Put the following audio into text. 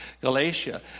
Galatia